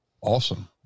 awesome